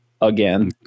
again